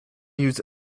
use